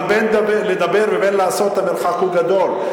אבל בין לדבר לבין לעשות המרחק הוא גדול.